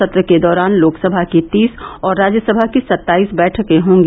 सत्र के दौरान लोकसभा की तीस और राज्यसभा की सत्ताईस बैठकें होंगी